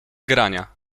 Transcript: grania